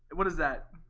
what is that?